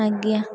ଆଜ୍ଞା